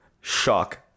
shock